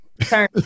Turn